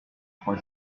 trois